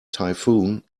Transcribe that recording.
typhoon